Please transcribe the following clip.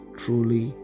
truly